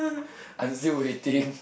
I'm still waiting